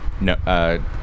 No